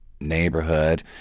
neighborhood